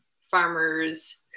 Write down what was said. farmers